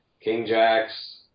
king-jacks